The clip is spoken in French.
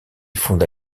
fonda